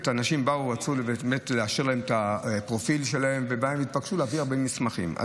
לרבים מהתושבים אין